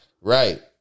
Right